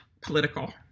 Political